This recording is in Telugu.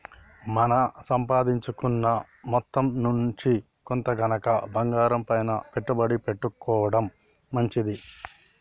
మన సంపాదించుకున్న మొత్తం నుంచి కొంత గనక బంగారంపైన పెట్టుబడి పెట్టుకోడం మంచిది